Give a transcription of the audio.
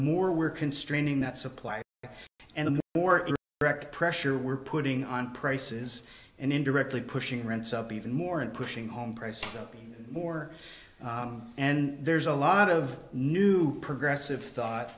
more we're constraining that supply and the more brecht pressure we're putting on prices and indirectly pushing rents up even more and pushing home prices up more and there's a lot of new progressive thought